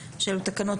שאלה תקנות